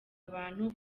abantu